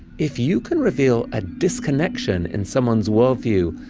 if you can reveal a disconnection in someone's worldview,